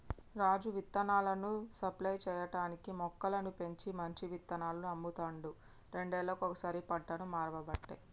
రాజు విత్తనాలను సప్లై చేయటానికీ మొక్కలను పెంచి మంచి విత్తనాలను అమ్ముతాండు రెండేళ్లకోసారి పంటను మార్వబట్టే